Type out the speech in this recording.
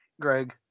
Greg